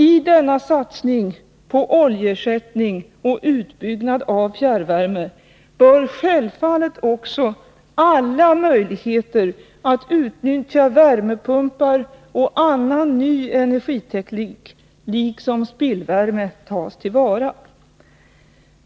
I denna satsning på oljeersättning och utbyggnad av fjärrvärme bör självfallet också alla möjligheter att utnyttja värmepumpar och annan ny energiteknik liksom spillvärme tas till vara.